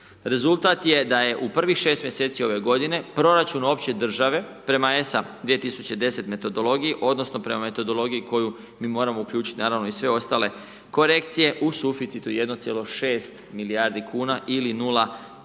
Rezultat je da je u prvih 6 mjeseci ove godine proračun opće države prema ESA 2010. metodologiji, odnosno prema metodologiji u koju mi moramo uključiti naravno i sve ostale korekcije u suficitu 1,6 milijardi kuna ili 0,5%